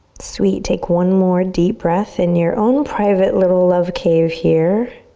sweet, take one more deep breath in your own private little love cave here.